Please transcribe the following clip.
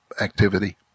activity